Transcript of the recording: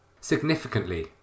Significantly